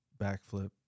backflip